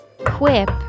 Quip